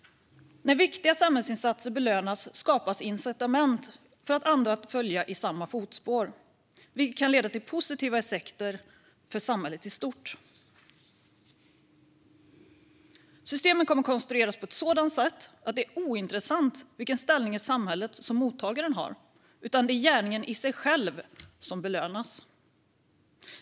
När viktiga samhällsinsatser belönas skapas incitament för andra att följa i samma fotspår, vilket kan leda till positiva effekter för samhället i stort. Systemet kommer att konstrueras på ett sådant sätt att det är ointressant vilken ställning i samhället mottagaren har, utan det är gärningen i sig själv som belönas.